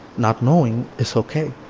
not knowing is ok.